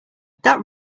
that